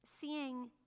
seeing